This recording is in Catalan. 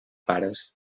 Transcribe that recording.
pares